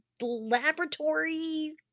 laboratory